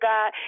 God